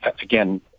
again